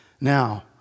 Now